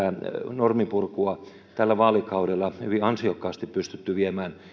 normipurkua on tällä vaalikaudella hyvin ansiokkaasti pystytty viemään